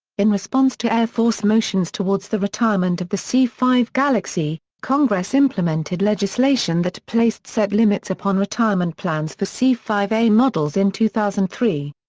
in response to air force motions towards the retirement of the c five galaxy, congress implemented legislation that placed set limits upon retirement plans for c five a models in two thousand and three.